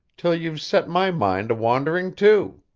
till you've set my mind a wandering too.